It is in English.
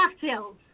cocktails